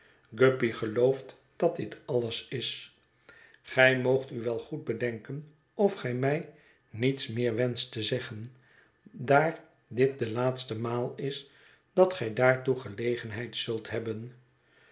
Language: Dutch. guppy gelooft dat dit alles is gij moogt u wel goed bedenken of gij mij niets meer wenscht te zeggen daar dit de laatste maal is dat gij daartoe gelegenheid zult hebben